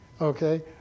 Okay